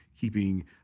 keeping